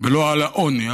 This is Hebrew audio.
ולא על העוני.